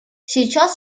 сейчас